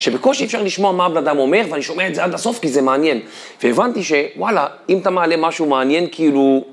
שבקושי אפשר לשמוע מה בן אדם אומר, ואני שומע את זה עד הסוף כי זה מעניין. והבנתי שוואלה, אם אתה מעלה משהו מעניין כאילו...